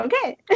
Okay